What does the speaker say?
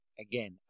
again